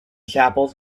chapels